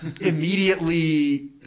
immediately